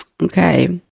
Okay